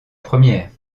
première